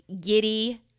giddy